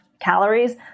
calories